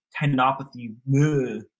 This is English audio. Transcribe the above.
tendinopathy